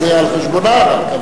אז זה על חשבונה רק.